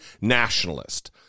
nationalist